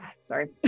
Sorry